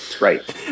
Right